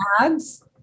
ads